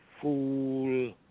fool